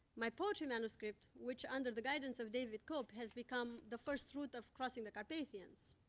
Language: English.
my poetry manuscript which, under the guidance of david cope, has become the first root of crossing the carpathians,